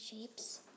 shapes